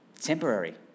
Temporary